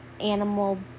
animal